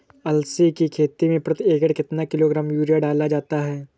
अलसी की खेती में प्रति एकड़ कितना किलोग्राम यूरिया डाला जाता है?